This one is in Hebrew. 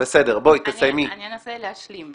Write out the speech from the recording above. אני אנסה להשלים.